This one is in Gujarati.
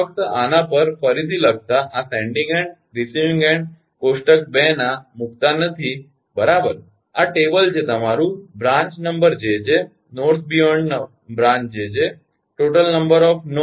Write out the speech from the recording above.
તેથી ફક્ત આના પર ફરીથી લખતા આ સેન્ડીંગ એન્ડ રિસીવીંગ એન્ડ કોષ્ટકમાં 2 ના મૂકતા નથી બરાબર